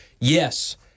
yes